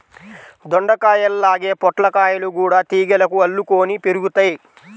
దొండకాయల్లాగే పొట్లకాయలు గూడా తీగలకు అల్లుకొని పెరుగుతయ్